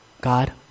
God